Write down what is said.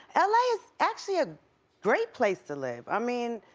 l a. is actually a great place to live. i mean,